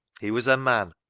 he was a man,